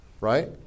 Right